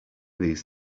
these